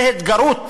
זה התגרות